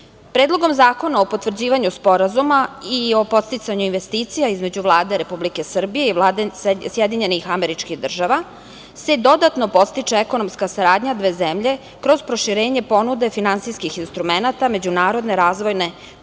meseci. Predlogom zakona o potvrđivanju sporazuma i o podsticanju investicija između Vlade Republike Srbije i Vlade Sjedinjenih Američkih Država se dodatno podstiče ekonomska saradnja dve zemlje kroz proširenje ponude finansijskih instrumenata Međunarodne razvojne korporacije